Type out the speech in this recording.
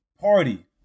party